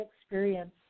experience